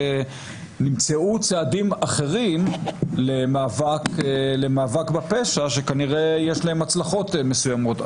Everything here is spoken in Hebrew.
נמצאו צעדים אחרים למאבק בפשע שכנראה יש להם הצלחות מסוימות.